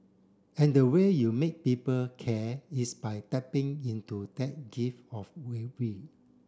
and the way you make people care is by tapping into that gift of